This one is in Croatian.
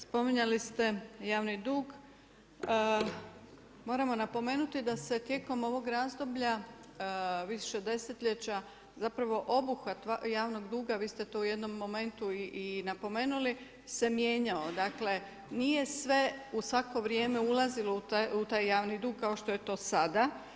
Spominjali ste javni dug, moramo napomenuti da se tijekom ovog razdoblja više desetljeća obuhvat javnog duga, vi ste to u jednom momentu i napomenuli, se mijenjao. nije sve u svako vrijeme ulazilo u taj javni dug kao što je to sada.